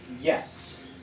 yes